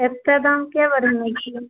एतेक दाम किए बढ़ेने छी